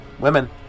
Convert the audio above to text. women